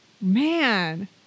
man